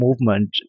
movement